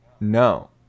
No